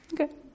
okay